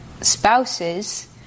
spouses